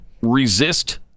resist